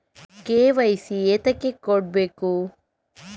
KYC ಎಂತಕೆ ಕೊಡ್ಬೇಕು?